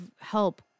help